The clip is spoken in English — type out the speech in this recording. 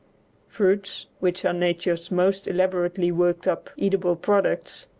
fruits, which are nature's most elaborately worked-up edible products,